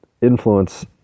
influence